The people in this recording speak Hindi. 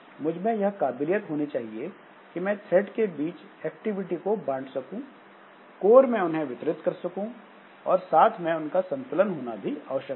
मुझमें यह काबिलियत होनी चाहिए कि मैं थ्रेड के बीच एक्टिविटी को बांट सकूं कोर में उन्हें वितरित कर सकूं और साथ में इनका संतुलन होना भी आवश्यक है